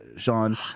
Sean